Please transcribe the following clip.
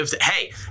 hey